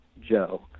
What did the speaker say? Joe